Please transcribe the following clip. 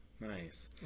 Nice